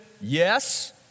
yes